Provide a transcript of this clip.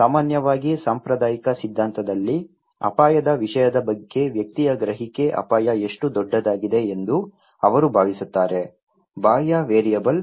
ಸಾಮಾನ್ಯವಾಗಿ ಸಾಂಪ್ರದಾಯಿಕ ಸಿದ್ಧಾಂತದಲ್ಲಿ ಅಪಾಯದ ವಿಷಯದ ಬಗ್ಗೆ ವ್ಯಕ್ತಿಯ ಗ್ರಹಿಕೆ ಅಪಾಯ ಎಷ್ಟು ದೊಡ್ಡದಾಗಿದೆ ಎಂದು ಅವರು ಭಾವಿಸುತ್ತಾರೆ ಬಾಹ್ಯ ವೇರಿಯಬಲ್